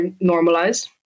normalized